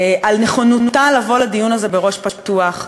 על נכונותה לבוא לדיון הזה בראש פתוח,